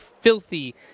filthy